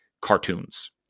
cartoons